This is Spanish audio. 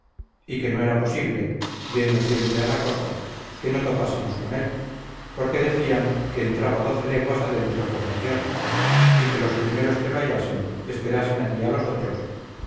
y que no era posible yendo siempre a la costa que no topásemos con él porque decían que entraba doce leguas adentro por la tierra y que los primeros que lo hallasen esperasen allí a los otros